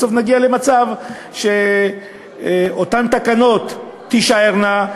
בסוף נגיע למצב שאותן תקנות תישארנה,